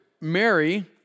Mary